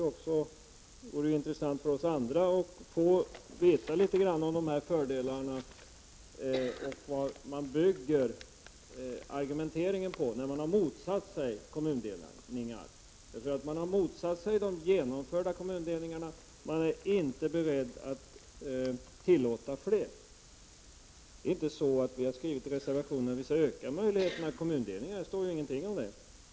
Det vore intressant för oss andra att få veta litet grand om de fördelarna och vad man bygger argumenteringen på när man har motsatt sig kommundelningar. Man har motsatt sig de genomförda kommundelningarna. Man är inte beredd att tillåta fler. Vi har inte skrivit i reservationen att vi skulle öka möjligheterna till kommundelning. Det står ingenting om det.